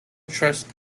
trust